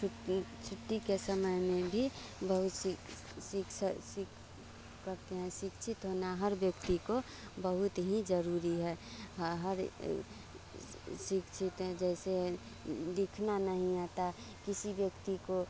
छु छुट्टी के समय में भी बहुत सी सीख स सीख करते हैं शिक्षित होना व्यक्ति को बहुत ही जरूरी है ह हर सी सी शिक्षित हैं जैसे सीखना नहीं आता किसी व्यक्ति को